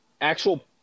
actual